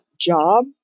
job